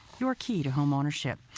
your key to home ownership,